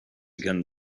again